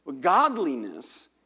godliness